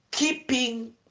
Keeping